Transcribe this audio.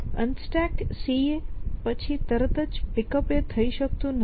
તેથી UnstackCA પછી તરત જ Pickup થઈ શકતું નથી